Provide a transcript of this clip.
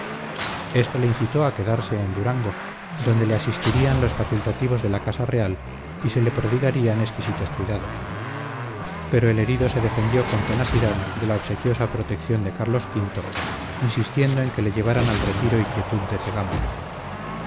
éste le incitó a quedarse en durango donde le asistirían los facultativos de la casa real y se le prodigarían exquisitos cuidados pero el herido se defendió con tenacidad de la obsequiosa protección de carlos v insistiendo en que le llevaran al retiro y quietud de cegama